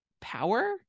power